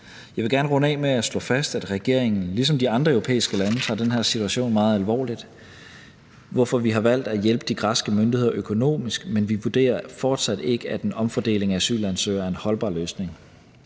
Jeg vil gerne runde af med at slå fast, at regeringen – ligesom de andre europæiske lande – tager den her situation meget alvorligt, hvorfor vi har valgt at hjælpe de græske myndigheder økonomisk. Men vi vurderer fortsat ikke, at en omfordeling af asylansøgere er en holdbar løsning.